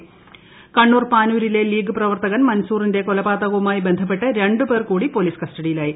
മൻസൂർ പാനൂർ കണ്ണൂർ പാനൂരിലെ പ്രെലീഗ് പ്രവർത്തകൻ മൻസൂറിന്റെ കൊലപാതകവുമായി ബ്ന്ധപ്പെട്ട് രണ്ടു പേർ കൂടി പൊലീസ് കസ്റ്റഡിയിലായി